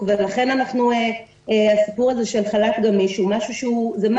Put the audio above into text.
לכן הסיפור הזה של חל"ת גמיש הוא must,